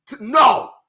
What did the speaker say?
No